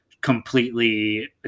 completely